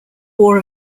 war